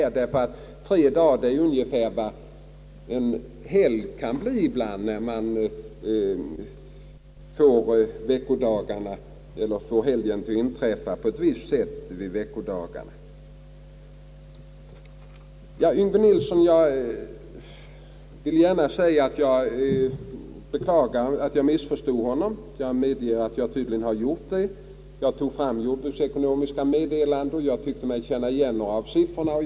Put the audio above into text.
Tre dagar kan ju en helg vara, om den infaller på visst sätt i veckan. Jag beklagar att jag missförstod herr Yngve Nilsson, vilket jag medger att jag tydligen har gjort. Jag tog fram Jordbruksekonomiska Meddelanden och tyckte mig känna igen några av siffrorna.